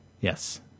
Yes